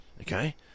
okay